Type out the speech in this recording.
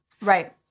Right